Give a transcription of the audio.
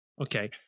okay